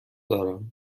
دارم